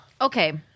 Okay